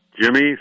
Jimmy